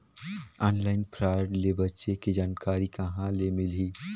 Online fraud ले बचे के जानकारी कहां ले मिलही?